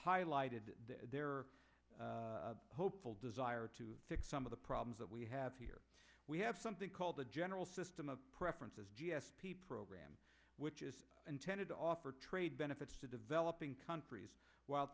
highlighted there are hopeful desire to fix some of the problems that we have here we have something called the general system of preferences g s t program which is intended to offer trade benefits to developing countries while at